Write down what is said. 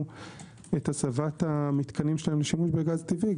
את הצבת המתקנים שלהם לשימוש בגז טבעי,